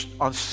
on